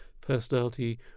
personality